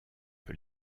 que